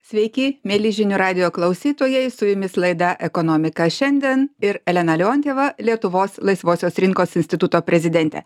sveiki mieli žinių radijo klausytojai su jumis laida ekonomika šiandien ir elena leontjeva lietuvos laisvosios rinkos instituto prezidentė